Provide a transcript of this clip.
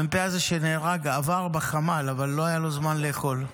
המ"פ שנהרג עבר בחמ"ל, אבל לא היה לו זמן לאכול.